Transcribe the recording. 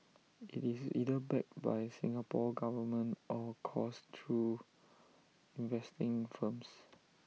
IT is either backed by Singapore Government or coursed through investing firms